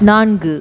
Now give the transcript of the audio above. நான்கு